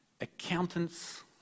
Accountants